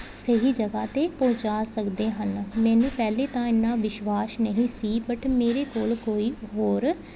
ਸਹੀ ਜਗ੍ਹਾ 'ਤੇ ਪਹੁੰਚਾ ਸਕਦੇ ਹਨ ਮੈਨੂੰ ਪਹਿਲੇ ਤਾਂ ਇੰਨਾਂ ਵਿਸ਼ਵਾਸ ਨਹੀਂ ਸੀ ਬਟ ਮੇਰੇ ਕੋਲ ਕੋਈ ਹੋਰ